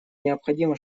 необходимо